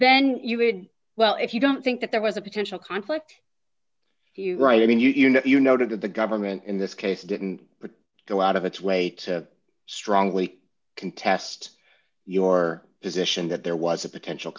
then you would well if you don't think that there was a potential conflict right i mean you know you noted that the government in this case didn't go out of its way to strongly contest your position that there was a potential